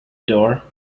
door